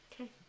Okay